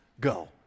go